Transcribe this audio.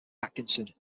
atkinson